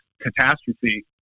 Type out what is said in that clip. catastrophe